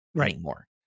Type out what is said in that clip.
anymore